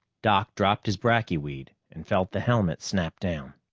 doc dropped his bracky weed and felt the helmet snap down.